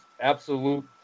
absolute